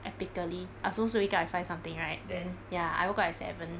epically I'm suppose to wake up at five something right ya I woke up at seven